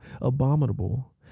abominable